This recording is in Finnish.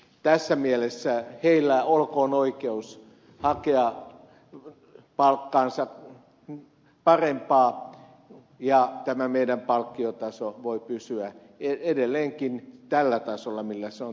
tässä mielessä heillä olkoon oikeus hakea parempaa palkkaa ja tämä meidän palkkiotasomme voi pysyä edelleenkin tällä tasolla millä se on tänään